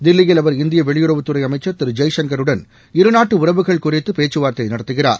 தில்லியில் அவர் இந்திய வெளியுறவுத்துறை அமைச்சர் திரு ஜெய்சங்கருடன் இருநாட்டு உறவுகள் குறித்து பேச்சுவார்த்தை நடத்துகிறார்